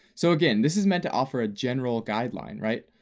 so again, this is meant to offer a general guideline, right?